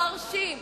מרשים,